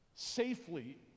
safely